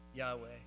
Yahweh